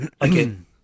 Again